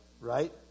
right